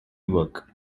work